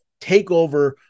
takeover